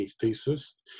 thesis